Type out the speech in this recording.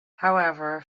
however